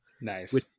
nice